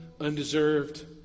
undeserved